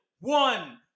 One